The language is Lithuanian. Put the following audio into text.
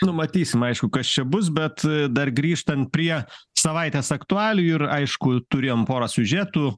nu matysim aišku kas čia bus bet dar grįžtant prie savaitės aktualijų ir aišku turėjom porą siužetų